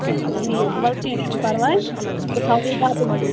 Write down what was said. اچھا ٹھیٖک وَلہٕ کینٛہہ چھُنہٕ پَرواے بہٕ تھاوہو بَدَل ہِو